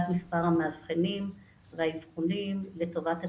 מספר המאבחנים והעדכונים לטובת התלמידים,